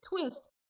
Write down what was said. twist